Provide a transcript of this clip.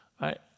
right